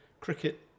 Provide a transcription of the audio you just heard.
cricket